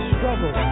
Struggle